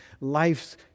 life's